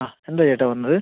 ആ എന്താണ് ചേട്ടാ വന്നത്